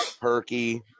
Perky